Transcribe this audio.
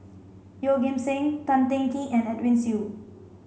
Yeoh Ghim Seng Tan Teng Kee and Edwin Siew